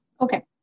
Okay